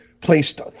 placed